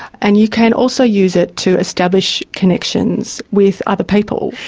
and you can also use it to establish connections with other people.